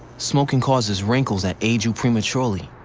smoking causes wrinkles that age you prematurely.